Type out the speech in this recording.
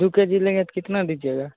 दो K G लेंगे तो कितना दीजिएगा